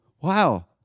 Wow